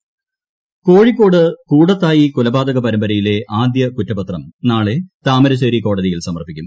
കൂടത്തായി കോഴിക്കോട് കൂടത്തായ് കൊലപാതക പരമ്പരയിലെ ആദ്യകുറ്റപത്രം നാളെ താമരശ്ശേരി കോടതിയിൽ സമർപ്പിക്കും